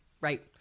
Right